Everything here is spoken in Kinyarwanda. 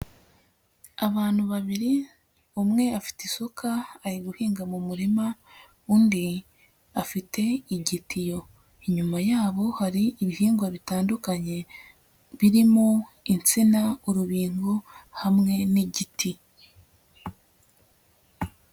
Abantu babiri umwe afite isuka ari guhinga mu murima undi afite igitiyo. Inyuma yabo hari ibihingwa bitandukanye birimo insina, urubingo hamwe n'igiti.